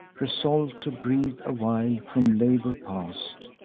resolv'd to breathe a while from labor past,